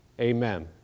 Amen